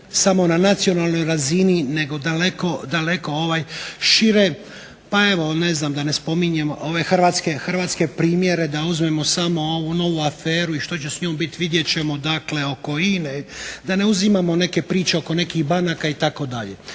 samo na nacionalnoj razini, nego daleko šire. Pa evo, ne znam da ne spominjem ove hrvatske primjere, da uzmemo samo ovu novu aferu i što će s njom biti vidjet ćemo. Dakle, oko INA-e da ne uzimamo neke priče oko nekih banaka itd.